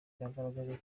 byagaragaje